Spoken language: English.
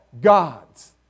gods